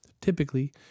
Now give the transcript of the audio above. typically